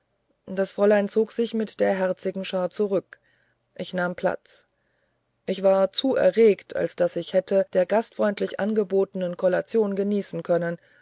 das fräulein zog sich mit der herzigen schar zurück ich nahm platz ich war zu erregt als daß ich hätte der gastfreundlich angebotenen kollation genießen können